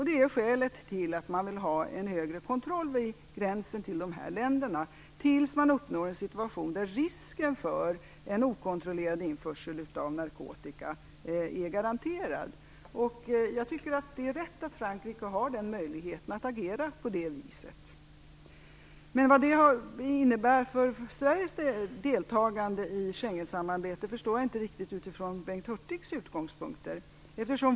Det är skälet till att man vill ha en högre kontrollnivå vid gränsen till dessa länder. Den behåller man tills man uppnår en situation där risken för en okontrollerad införsel av narkotika upphör. Jag tycker att det är rätt att Frankrike har möjligheten att agera på det viset, men jag förstår inte riktigt vad det från Bengt Hurtigs utgångspunkter innebär för Sveriges deltagande i Schengensamarbetet.